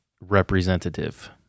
representative